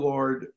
Lord